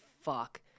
fuck